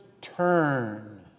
turn